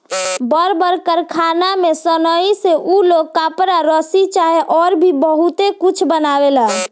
बड़ बड़ कारखाना में सनइ से उ लोग कपड़ा, रसरी चाहे अउर भी बहुते कुछ बनावेलन